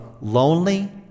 lonely